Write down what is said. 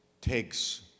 takes